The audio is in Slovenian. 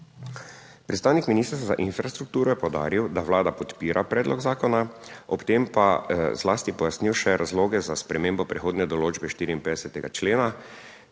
Predstavnik Ministrstva za infrastrukturo je poudaril, da Vlada podpira predlog zakona, ob tem pa zlasti pojasnil še razloge za spremembo prehodne določbe 54. člena.